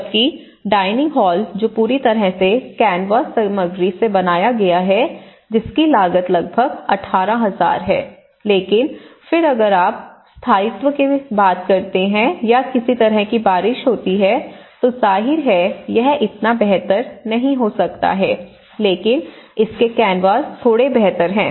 जबकि dining hall जो पूरी तरह से कैनवास सामग्री से बनाया गया है जिसकी लागत लगभग 18000 है लेकिन फिर अगर आप स्थायित्व की बात करते हैं या किसी तरह की बारिश होती है तो जाहिर है यह इतना बेहतर नहीं हो सकता है लेकिन इसके कैनवास थोड़ा बेहतर है